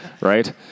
right